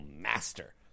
master